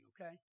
okay